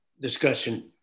discussion